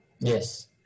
Yes